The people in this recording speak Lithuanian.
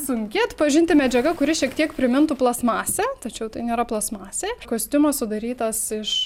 sunki atpažinti medžiaga kuri šiek tiek primintų plastmasę tačiau tai nėra plastmasė kostiumas sudarytas iš